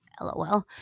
LOL